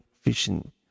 fishing